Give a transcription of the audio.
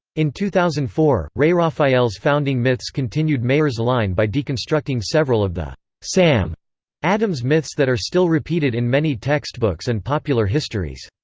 in two thousand and four, ray raphael's founding myths continued maier's line by deconstructing several of the sam adams myths that are still repeated in many textbooks and popular histories.